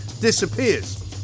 disappears